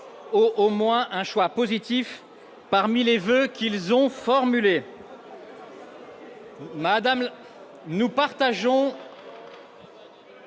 au moins une réponse positive parmi les voeux qu'ils ont formulés.